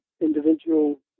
individual